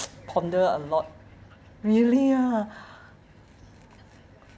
ponder a lot really ah